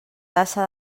tassa